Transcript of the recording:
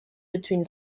between